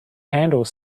handle